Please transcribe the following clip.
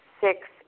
Six